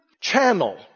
channel